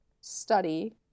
study